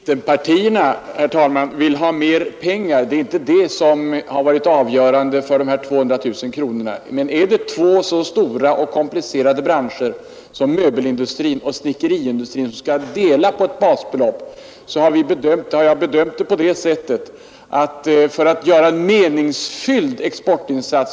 Herr talman! Att mittenpartierna vill ha mer pengar är inte det som har varit avgörande för de här 200 000 kronorna. Men om två så stora och komplicerade branscher som möbelindustrin och snickeriindustrin skall dela på ett basbelopp har jag bedömt det på det sättet att de här pengarna fordras för att göra en meningsfylld ex portinsats.